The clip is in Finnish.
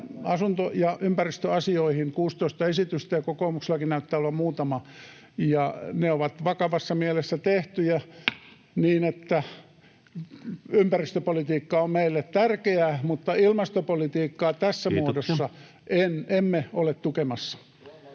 asunto- ja ympäristöasioihin 16 esitystä, ja kokoomuksellakin näyttää olevan muutama, ja ne ovat vakavassa mielessä tehtyjä, niin että ympäristöpolitiikka on meille tärkeää, mutta ilmastopolitiikkaa tässä muodossa [Puhemies: